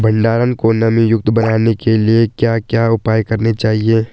भंडारण को नमी युक्त बनाने के लिए क्या क्या उपाय करने चाहिए?